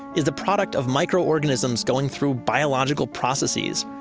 is the product of microorganisms going through biological processes.